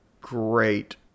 great